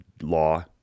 law